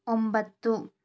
ಒಂಬತ್ತು